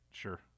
Sure